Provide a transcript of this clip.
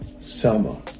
Selma